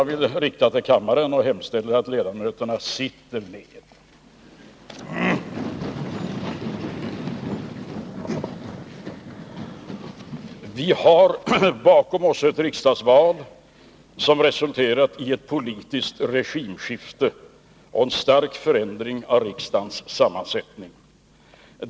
Vi har bakom oss ett riksdagsval, som resulterat i ett politiskt regimskifte och en stark förändring av riksdagens sammansättning.